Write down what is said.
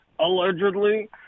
allegedly